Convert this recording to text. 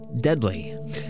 deadly